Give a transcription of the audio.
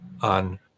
on